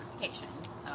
notifications